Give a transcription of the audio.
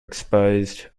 exposed